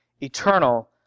eternal